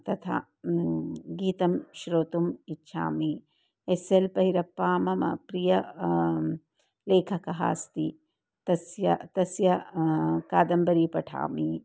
तथा गीतं श्रोतुम् इच्छामि एस् एल् भैरप्पा मम प्रियः लेखकः अस्ति तस्य तस्य कादम्बरीं पठामि